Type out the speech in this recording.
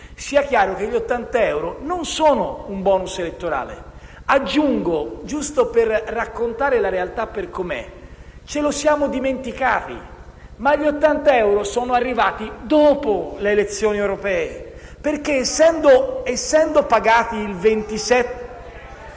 sia chiaro che gli ottanta euro non sono un *bonus* elettorale. Aggiungo - giusto per raccontare la realtà per com'è - che ce lo siamo dimenticati, ma gli ottanta euro sono arrivati dopo le elezioni europee, perché essendo pagati il